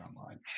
online